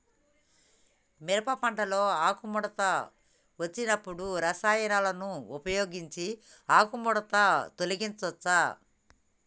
మిరప పంటలో ఆకుముడత వచ్చినప్పుడు రసాయనాలను ఉపయోగించి ఆకుముడత తొలగించచ్చా?